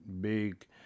big